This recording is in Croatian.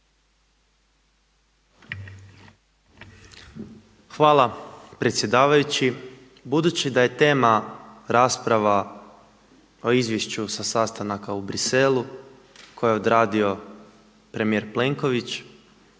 Hvala predsjedavajući. Budući da je tema rasprava o izvješću sa sastanaka u Bruxellesu koje je odradio premijer Plenković,